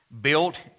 built